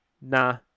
Nah